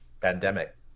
Pandemic